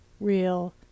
real